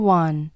one